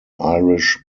irish